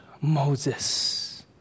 Moses